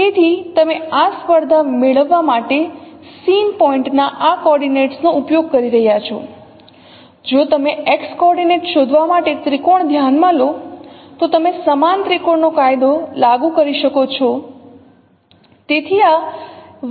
તેથી તમે આ સ્પર્ધા મેળવવા માટે સીન પોઇન્ટ ના આ કોઓર્ડિનેટ્સ નો ઉપયોગ કરી રહ્યાં છો જો તમે X કોઓર્ડિનેન્ટ શોધવા માટે ત્રિકોણ ધ્યાનમાં લો તો તમે સમાન ત્રિકોણનો કાયદો લાગુ કરી શકો છો